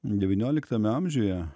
devynioliktame amžiuje